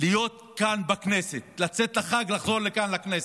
להיות כאן בכנסת, לצאת לחג ולחזור לכאן לכנסת.